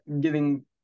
giving